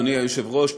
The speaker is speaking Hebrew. אדוני היושב-ראש,